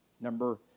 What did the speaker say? Number